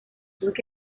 look